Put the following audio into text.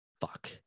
fuck